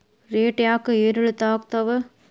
Rate ಯಾಕೆ ಏರಿಳಿತ ಆಗ್ತಾವ?